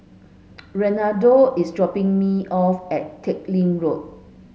Renaldo is dropping me off at Teck Lim Road